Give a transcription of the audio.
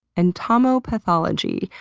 entomopathology.